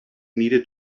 needed